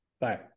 Bye